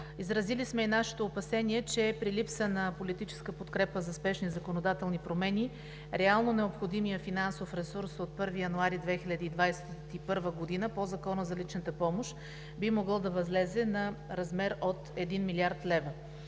Изразили сме нашето опасение, че при липсата на политическа подкрепа за спешни законодателни промени реално необходимият ресурс от 1 януари 2021 г. по Закона за личната помощ би могъл да възлезе в размер от 1 млрд. лв.